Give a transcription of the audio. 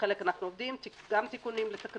וחלק אנחנו עובדים גם תיקונים נוספים